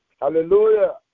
Hallelujah